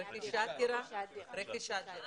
רכישת דירה כן.